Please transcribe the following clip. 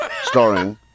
Starring